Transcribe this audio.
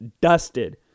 dusted